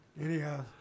anyhow